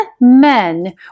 men